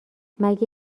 مگه